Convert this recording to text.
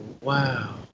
wow